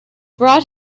brought